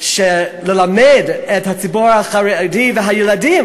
של ללמד את הציבור החרדי והילדים.